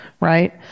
right